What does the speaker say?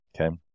okay